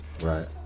right